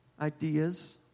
Ideas